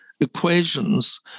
equations